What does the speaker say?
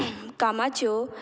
कामाच्यो